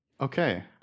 Okay